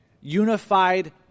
unified